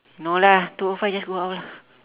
no lah two O five just go out lah